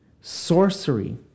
sorcery